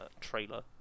trailer